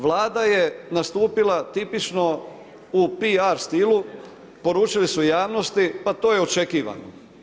Vlada je nastupila tipično u PR stilu, poručili su javnosti pa to je očekivano.